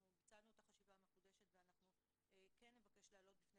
אנחנו ביצענו חשיבה מחודשת ואנחנו כן נבקש להעלות בפני